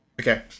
Okay